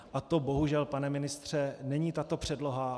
A to bohužel, pane ministře, není tato předloha.